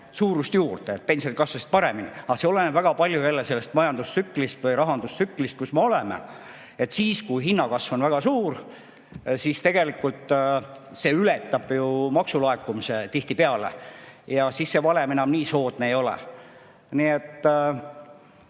suurust juurde, pensionid kasvasid paremini. Aga see oleneb väga palju sellest majandustsüklist või rahandustsüklist, kus me oleme. Kui hinnakasv on väga suur, siis see tihtipeale ületab maksulaekumise ja siis see valem enam nii soodne ei ole. Nii et